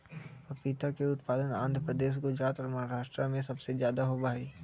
पपीता के उत्पादन आंध्र प्रदेश, गुजरात और महाराष्ट्र में सबसे ज्यादा होबा हई